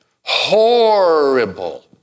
horrible